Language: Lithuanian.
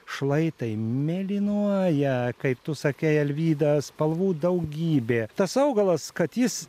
šlaitai mėlynuoja kaip tu sakei alvyda spalvų daugybė tas augalas kad jis